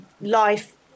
life